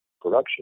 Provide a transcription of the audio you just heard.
production